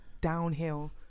Downhill